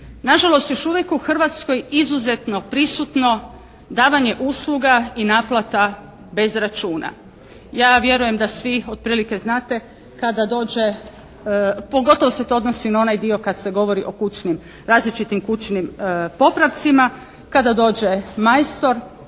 nažalost još uvijek u Hrvatskoj izuzetno prisutno davanje usluga i naplata bez računa. Ja vjerujem da svi otprilike znate kada dođe, pogotovo se to odnosi na onaj dio kad se radi o različitim kućnim popravcima kad dođe majstor